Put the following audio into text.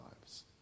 lives